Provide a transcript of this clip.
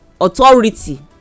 authority